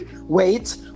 wait